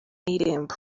irembo